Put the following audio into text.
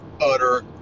utter